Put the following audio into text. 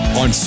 on